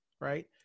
right